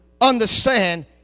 understand